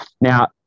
Now